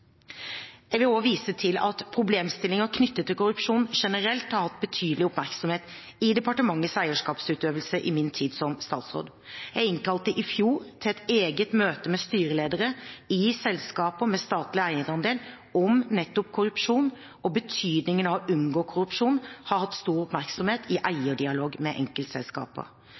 Jeg vil også vise til at problemstillinger knyttet til korrupsjon generelt har hatt betydelig oppmerksomhet i departementets eierskapsutøvelse i min tid som statsråd. Jeg innkalte i fjor til et eget møte med styreledere i selskaper med statlig eierandel om nettopp korrupsjon, og betydningen av å unngå korrupsjon har hatt stor oppmerksomhet i